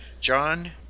John